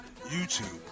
YouTube